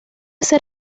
ser